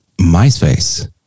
myspace